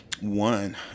One